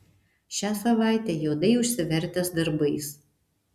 šią savaitę juodai užsivertęs darbais